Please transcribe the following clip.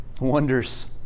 Wonders